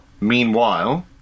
Meanwhile